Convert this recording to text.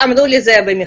אמרו לי את זה במכללה.